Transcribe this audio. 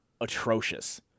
atrocious